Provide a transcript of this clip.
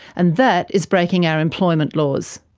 and that is breaking our employment laws.